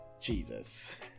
Jesus